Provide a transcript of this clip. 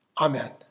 Amen